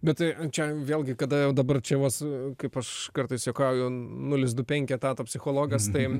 bet čia vėlgi kada jau dabar čia vas kaip aš kartais juokauju nulis du penki etato psichologas tai